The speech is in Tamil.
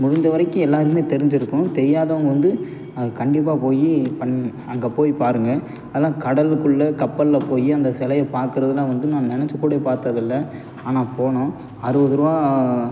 முடிஞ்சவரைக்கும் எல்லாருமே தெரிஞ்சிக்கும் தெரியாதவங்க வந்து அது கண்டிப்பாக போய் பண் அங்கே போய் பாருங்கள் அதெலாம் கடலுக்குள்ளே கப்பலில் போய் அந்த சிலைய பார்க்குறதுலாம் வந்து நான் நினச்சுக்கூட பார்த்ததில்ல ஆனால் போனோம் அறுபதுரூவா